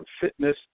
fitness